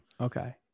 Okay